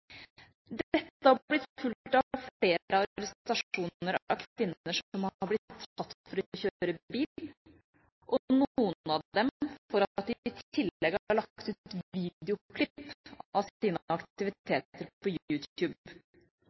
Twitter. Dette har blitt fulgt av flere arrestasjoner av kvinner som har blitt tatt for å kjøre bil, og noen av dem for at de i tillegg har lagt ut videoklipp av sine aktiviteter på YouTube. Manal al-Sharif ble arrestert etter å ha lagt ut et